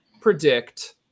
predict